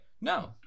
no